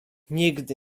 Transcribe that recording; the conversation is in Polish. nigdy